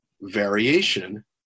variation